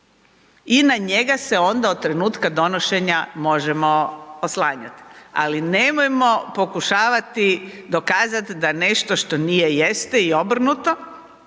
i na njega se onda od trenutka donošenja možemo oslanjati, ali nemojmo pokušavati dokazat da nešto što nije jeste i obrnuto